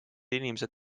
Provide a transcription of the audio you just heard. inimesed